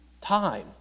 time